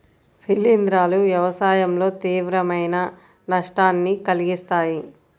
శిలీంధ్రాలు వ్యవసాయంలో తీవ్రమైన నష్టాన్ని కలిగిస్తాయి